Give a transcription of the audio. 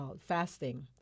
fasting